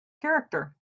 character